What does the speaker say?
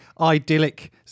idyllic